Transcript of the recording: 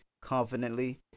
confidently